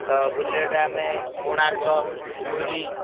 ତ ବୁଲେଟ୍ରେ ଆମେ କୋଣାର୍କ ପୁରୀ